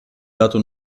dato